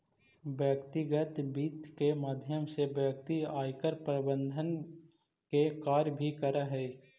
व्यक्तिगत वित्त के माध्यम से व्यक्ति आयकर प्रबंधन के कार्य भी करऽ हइ